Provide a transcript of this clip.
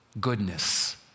goodness